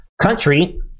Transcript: country